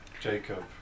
Jacob